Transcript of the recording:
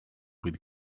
with